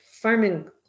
farming